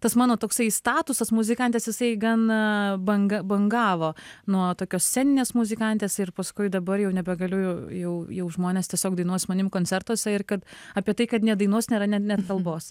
tas mano toksai statusas muzikantės jisai gana banga bangavo nuo tokios sceninės muzikantės ir paskui dabar jau nebegaliu jau jau jau žmonės tiesiog dainuoja su manim koncertuose ir kad apie tai kad nedainuos nėra ne net kalbos